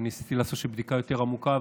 ניסיתי לעשות בדיקה יותר עמוקה,